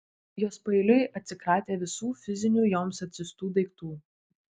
jos paeiliui atsikratė visų fizinių joms atsiųstų daiktų